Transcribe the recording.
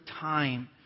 time